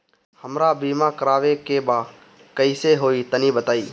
हमरा बीमा करावे के बा कइसे होई तनि बताईं?